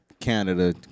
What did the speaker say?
Canada